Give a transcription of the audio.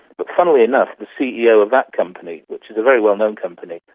but funnily enough, the ceo of that company, which is a very well known company,